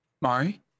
Mari